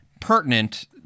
pertinent